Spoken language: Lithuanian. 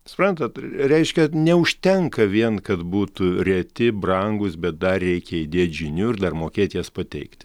suprantat reiškia neužtenka vien kad būtų reti brangūs bet dar reikia įdėt žinių ir dar mokėti jas pateikti